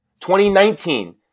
2019